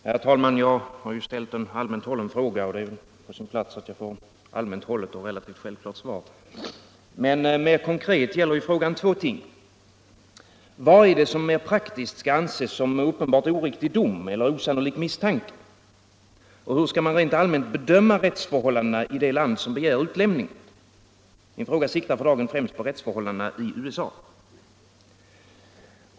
Herr talman! Jag har ställt en allmänt hållen fråga, och då är det väl på sin plats att jag får ett allmänt hållet och relativt självklart svar. Mer konkret gäller frågan två ting: Vad skall praktiskt anses som uppen Nr 60 bart oriktig dom eller osannolik misstanke, och hur skall man rent allmänt Torsdagen den bedöma rättsförhållandena i det land som begär utlämning? Min fråga 17 april 1975 siktar för dagen främst på rättsförhållandena i USA.